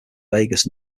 vegas